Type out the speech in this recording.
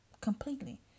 completely